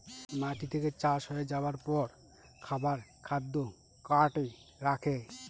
মাটি থেকে চাষ হয়ে যাবার পর খাবার খাদ্য কার্টে রাখা হয়